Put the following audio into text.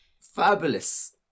Fabulous